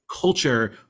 culture